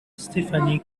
stephanie